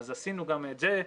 אז עשינו גם את זה.